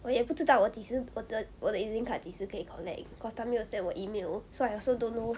我也不知道我几时我的我的 E_Z link card 几时可以 collect cause 他没有 send 我 email so I also don't know